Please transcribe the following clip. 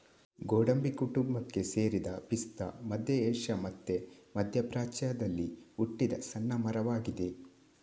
ಗೋಡಂಬಿ ಕುಟುಂಬಕ್ಕೆ ಸೇರಿದ ಪಿಸ್ತಾ ಮಧ್ಯ ಏಷ್ಯಾ ಮತ್ತೆ ಮಧ್ಯ ಪ್ರಾಚ್ಯದಲ್ಲಿ ಹುಟ್ಟಿದ ಸಣ್ಣ ಮರವಾಗಿದೆ